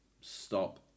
stop